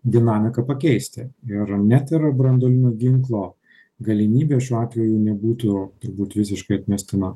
dinamiką pakeisti ir net ir branduolinio ginklo galimybė šiuo atveju nebūtų turbūt visiškai atmestina